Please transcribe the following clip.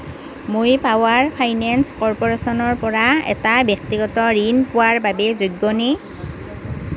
মই power finance কৰ্প'ৰেশ্যনৰ পৰা এটা ব্যক্তিগত ঋণ পোৱাৰ বাবে যোগ্যনে